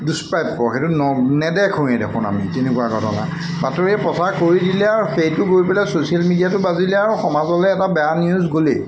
দুষ্প্ৰাপ্য সেইটো নেদেখোঁৱে দেখোন আমি তেনেকুৱা ঘটনা বাতৰি প্ৰচাৰ কৰি দিলে আৰু সেইটো কৰি পেলাই ছ'চিয়েল মিডিয়াটো বাজিলে আৰু সমাজলৈ এটা বেয়া নিউজ গ'লেই